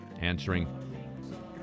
answering